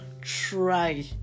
try